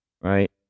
right